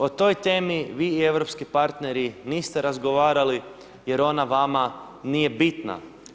O toj temi vi i europski partneri niste razgovarali jer ona vama nije bitna.